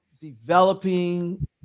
developing